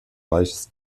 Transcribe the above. reiches